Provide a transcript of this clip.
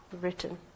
written